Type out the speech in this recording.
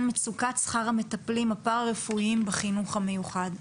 מצוקת המטפלים הפרא רפואיים בחינוך המיוחד.